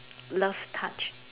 love touch